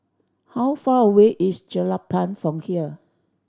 how far away is Jelapang from here